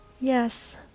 yes